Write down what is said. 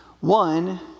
One